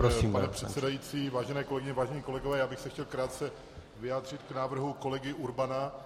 Vážený pane předsedající, vážené kolegyně, vážení kolegové, já bych se chtěl krátce vyjádřit k návrhu kolegy Urbana.